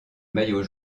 maillot